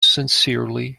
sincerely